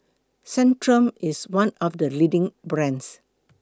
Centrum IS one of The leading brands